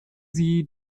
sie